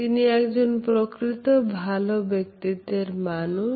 তিনি একজন প্রকৃত ভালো ব্যক্তিত্বের মানুষ